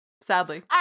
sadly